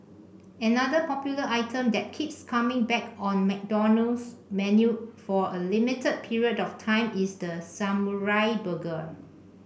another popular item that keeps coming back on McDonald's menu for a limited period of time is the samurai burger